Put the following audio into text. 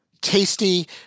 tasty